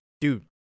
dude